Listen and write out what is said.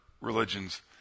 religions